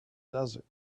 desert